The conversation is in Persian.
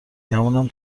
گمونم